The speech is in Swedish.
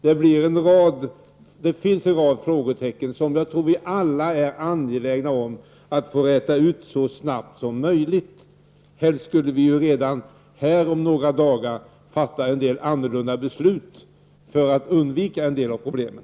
Det finns en rad frågetecken, som jag tror att vi alla är angelägna om att få räta ut så snabbt som möjligt. Helst borde vi redan om några dagar fatta en del annorlunda beslut för att undvika vissa av problemen.